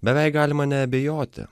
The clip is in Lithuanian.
beveik galima neabejoti